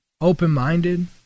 open-minded